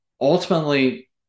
ultimately